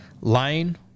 Lane